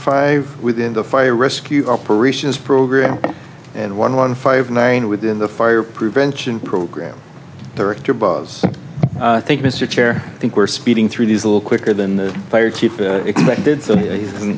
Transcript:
five within the fire rescue operations program and one one five nine within the fire prevention program director by i think mr chair i think we're speeding through these a little quicker than the fire chief expected